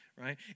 right